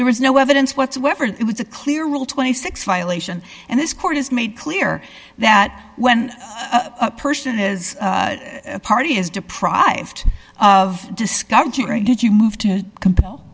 there was no evidence whatsoever it was a clear rule twenty six violation and this court has made clear that when a person is a party is deprived of discovering did you move to comp